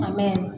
Amen